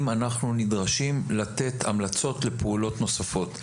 אנחנו נדרשים לתת המלצות לפעולות נוספות.